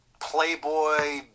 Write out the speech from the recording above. playboy